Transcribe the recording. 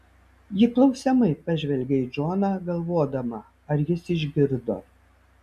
ji klausiamai pažvelgia į džoną galvodama ar jis išgirdo